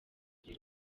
flora